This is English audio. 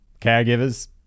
caregivers